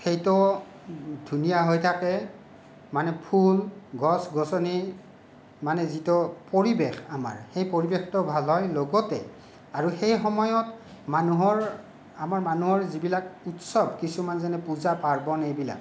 সেইটো ধুনীয়া হৈ থাকে মানে ফুল গছ গছনি মানে যিটো পৰিৱেশ আমাৰ সেই পৰিৱেশটো ভাল হয় লগতে আৰু সেই সময়ত মানুহৰ আমাৰ মানুহৰ যিবিলাক উৎসৱ কিছুমান যেনে পূজা পাৰ্বণ এইবিলাক